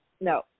No